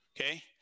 okay